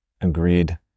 Agreed